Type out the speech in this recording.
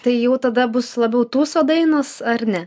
tai jau tada bus labiau tūso dainos ar ne